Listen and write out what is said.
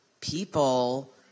people